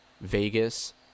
vegas